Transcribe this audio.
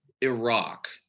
Iraq